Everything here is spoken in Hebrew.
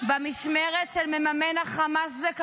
זה קרה במשמרת של מממן החמאס.